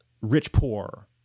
rich-poor